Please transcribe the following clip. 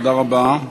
תודה רבה.